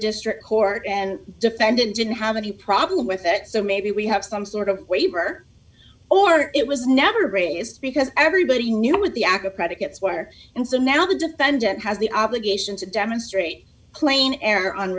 district court and defendant didn't have any problem with that so maybe we have some sort of waiver or it was never raised because everybody knew what the aca predicates were and so now the defendant has the obligation to demonstrate clane air on